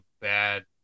bad